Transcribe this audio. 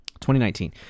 2019